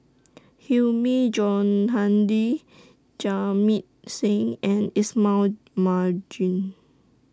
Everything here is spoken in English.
Hilmi Johandi Jamit Singh and Ismail Marjan